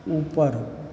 ऊपर